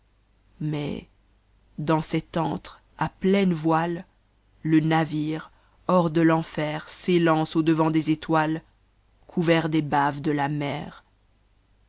paroîs maisdans cet antre à pleines voiles le navire hors de l'enfer s'élance aa devant des étoiles couvert des baves de ix met